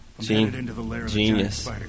Genius